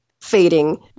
fading